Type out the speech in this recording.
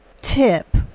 tip